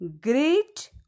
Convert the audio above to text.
great